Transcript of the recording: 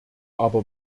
aber